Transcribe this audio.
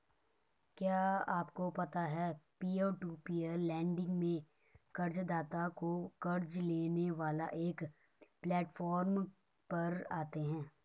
क्या आपको पता है पीयर टू पीयर लेंडिंग में कर्ज़दाता और क़र्ज़ लेने वाला एक प्लैटफॉर्म पर आते है?